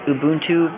Ubuntu